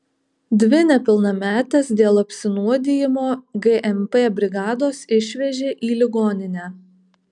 dvi nepilnametes dėl apsinuodijimo gmp brigados išvežė į ligoninę